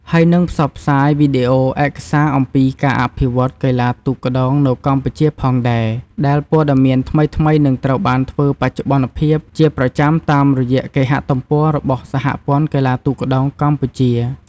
ហើយនឺងផ្សព្វផ្សាយវីដេអូឯកសារអំពីការអភិវឌ្ឍន៍កីឡាទូកក្ដោងនៅកម្ពុជាផងដែរ ដែលព័ត៌មានថ្មីៗនឹងត្រូវបានធ្វើបច្ចុប្បន្នភាពជាប្រចាំតាមរយៈគេហទំព័ររបស់ សហព័ន្ធកីឡាទូកក្ដោងកម្ពុជា។